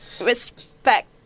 respect